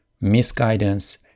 misguidance